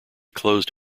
closed